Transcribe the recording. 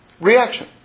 reaction